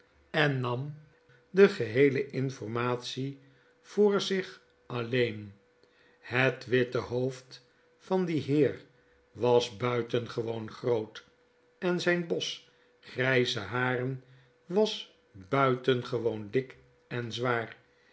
en nam de geheele informatie voor zich alleen het witte hoofd van dien heer was buitenfewoon groot en zp bos gr jze haren was uitengewoon dik en zwaar